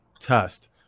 test